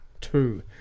two